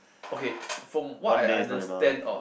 okay from what I understand of